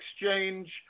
exchange